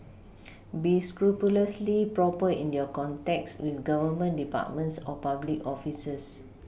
be scrupulously proper in your contacts with Government departments or public officers